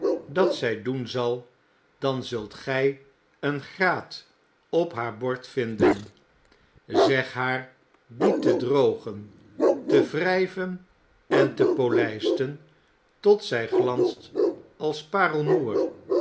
dat zy doen zal dan zult gij een graat op haar bord vinden zeg haar die te drogen te wryven en te polijsten tot zy glanst als parelmoer